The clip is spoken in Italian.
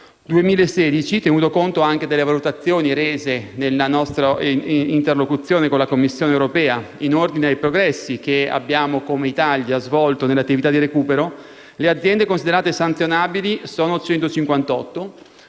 2016, tenuto conto anche delle valutazioni rese nella nostra interlocuzione con la Commissione europea in ordine ai progressi che abbiamo svolto, come Italia, nell'attività di recupero, le aziende considerate sanzionabili sono 158,